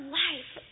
life